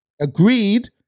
agreed